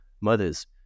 mothers